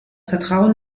vertrauen